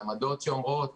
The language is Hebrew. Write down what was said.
עמדות שאומרות